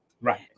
Right